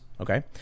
Okay